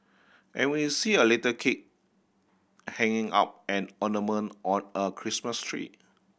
and we see a little kid hanging up an ornament on a Christmas tree